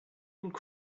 little